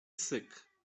syk